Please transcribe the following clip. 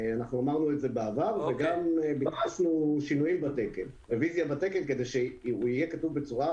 אמרנו את זה בעבר וגם דרשנו רביזיה בתקן כדי שהוא יהיה כתוב בצורה